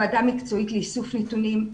ועדה מקצועית לאיסוף נתונים.